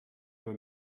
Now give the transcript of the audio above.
über